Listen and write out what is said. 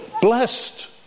Blessed